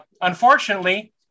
Unfortunately